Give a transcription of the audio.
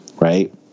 right